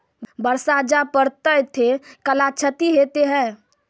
बरसा जा पढ़ते थे कला क्षति हेतै है?